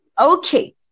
Okay